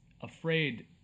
afraid